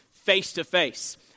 face-to-face